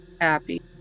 Happy